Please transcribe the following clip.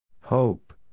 Hope